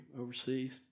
overseas